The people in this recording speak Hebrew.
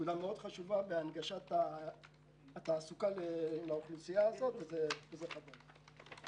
נקודה מאוד חשובה בהנגשת התעסוקה לאוכלוסייה הזו וזה חבל.